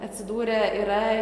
atsidūrė yra